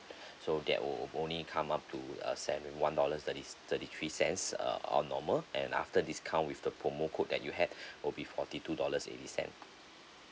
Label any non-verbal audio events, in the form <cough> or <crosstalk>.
<breath> so that wo~ would only come up to uh seventy one dollars thirty thirty three cents uh on normal and after discount with the promo code that you had <breath> would be forty two dollars eighty cent